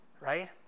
Right